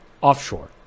offshore